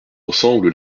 ensemble